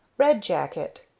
red jacket,